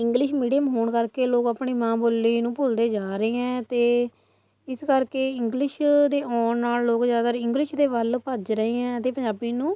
English medium ਹੋਣ ਕਰਕੇ ਲੋਕ ਆਪਣੀ ਮਾਂ ਬੋਲੀ ਨੂੰ ਭੁੱਲਦੇ ਜਾ ਰਹੇ ਹੈ ਅਤੇ ਇਸ ਕਰਕੇ ਇੰਗਲਿਸ਼ ਦੇ ਆਉਣ ਨਾਲ ਲੋਕ ਜ਼ਿਆਦਾਤਰ ਇੰਗਲਿਸ਼ ਦੇ ਵੱਲ ਭੱਜ ਰਹੇ ਹੈ ਅਤੇ ਪੰਜਾਬੀ ਨੂੰ